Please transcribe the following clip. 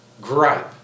gripe